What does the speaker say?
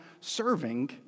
serving